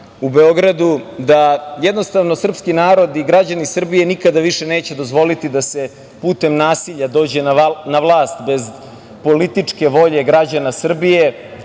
u Beogradu da jednostavno srpski narod i građani Srbije nikada više neće dozvoliti da se putem nasilja dođe na vlast, bez političke volje građana Srbije,